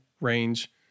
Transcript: range